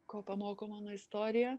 ko pamoko mano istorija